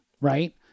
right